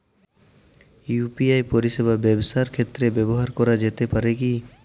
UPI পরিষেবা ব্যবসার ক্ষেত্রে ব্যবহার করা যেতে পারে কি?